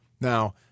Now